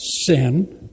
sin